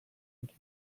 kide